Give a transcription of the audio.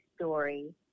story